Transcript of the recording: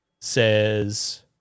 says